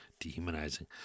dehumanizing